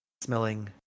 smelling